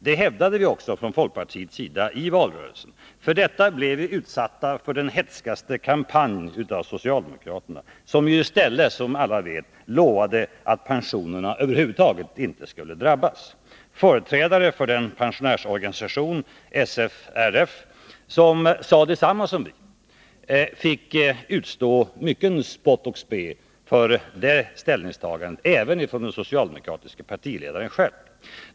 Det hävdade vi också från folkpartiets sida i valrörelsen. För detta blev vi utsatta för den hätskaste kampanj av socialdemokraterna, som i stället, som alla vet, lovade att pensionärerna över huvud taget inte skulle drabbas. Företrädare för den pensionärsorganisation, SFRF, som sade detsamma som vi fick utstå mycket spott och spe för det ställningstagandet, även från den socialdemokratiske partiledaren själv.